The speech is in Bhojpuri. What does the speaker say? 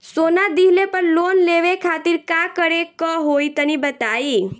सोना दिहले पर लोन लेवे खातिर का करे क होई तनि बताई?